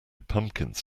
pumpkins